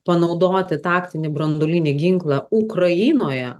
panaudoti taktinį branduolinį ginklą ukrainoje